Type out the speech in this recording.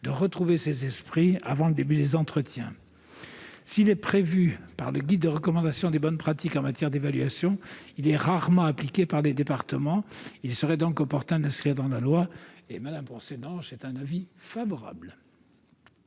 de retrouver leurs esprits avant le début des entretiens. S'il est prévu par le guide de recommandation des bonnes pratiques en matière d'évaluation, il est rarement appliqué par les départements. Il serait donc opportun de l'inscrire dans la loi. Avis favorable,